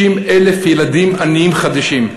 היא 50,000 ילדים עניים חדשים.